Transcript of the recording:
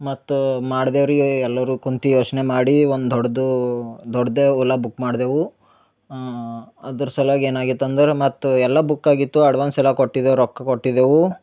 ಮತ್ತೆ ಮಾಡಿ ದೇವ್ರಿಗೆ ಎಲ್ಲರು ಕುಂತಿ ಯೋಚನೆ ಮಾಡಿ ಒಂದು ದೊಡ್ದೂ ದೊಡ್ದ ಓಲಾ ಬುಕ್ ಮಾಡ್ದೇವು ಅದ್ರ ಸಲ್ಲ್ಯಾಗ ಏನಾಗೇತು ಅಂದ್ರ ಮತ್ತೆ ಎಲ್ಲ ಬುಕ್ ಆಗಿತ್ತು ಅಡ್ವಾನ್ಸ್ ಎಲ್ಲ ಕೊಟ್ಟಿದೆವು ರೊಕ್ಕ ಕೊಟ್ಟಿದೇವು